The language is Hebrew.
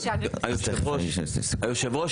היושב-ראש,